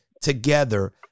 together